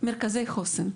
מרכזי חוסן.